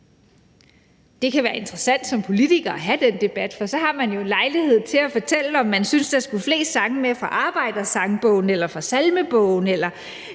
Det kan være interessant som politikere at have den debat, for så har man jo lejlighed til at fortælle, om man synes, at der skulle flest sange med fra »Arbejdersangbogen« eller fra Salmebogen,